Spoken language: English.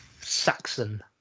Saxon